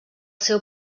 seu